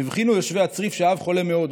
הבחינו יושבי הצריף שהאב חולה מאוד,